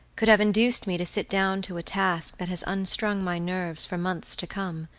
could have induced me to sit down to a task that has unstrung my nerves for months to come,